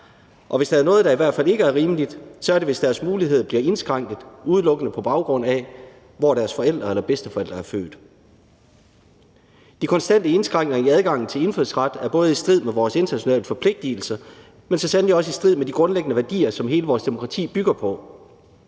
Og hvis der er noget, der i hvert fald ikke er rimeligt, så er det, hvis deres muligheder bliver indskrænket, udelukkende på baggrund af hvor deres forældre eller bedsteforældre er født. De konstante indskrænkninger i adgangen til indfødsret er både i strid med vores internationale forpligtigelser, men så sandelig også i strid med de grundlæggende værdier, som hele vores demokrati bygger på.